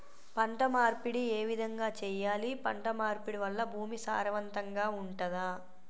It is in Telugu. పంట మార్పిడి ఏ విధంగా చెయ్యాలి? పంట మార్పిడి వల్ల భూమి సారవంతంగా ఉంటదా?